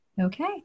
Okay